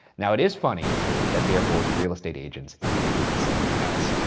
now, it is funny that they are both real estate agents and they cannot sell their house.